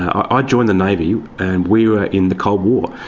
i ah joined the navy and we were in the cold war.